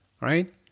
right